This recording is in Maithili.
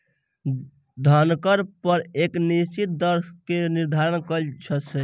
धन कर पर एक निश्चित दर सॅ कर निर्धारण कयल छै